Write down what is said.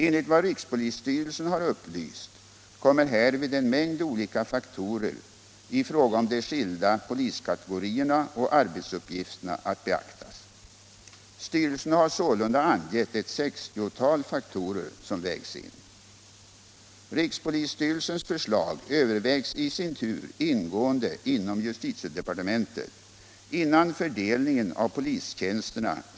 Enligt vad rikspolisstyrelsen har upplyst kommer härvid en mängd olika faktorer i fråga om de skilda poliskategorierna och arbetsuppgifterna att beaktas. Styrelsen har sålunda angett ett 60-tal faktorer som vägs in.